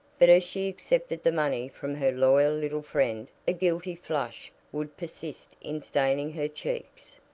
but as she accepted the money from her loyal little friend a guilty flush would persist in staining her cheeks,